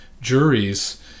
juries